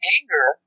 Anger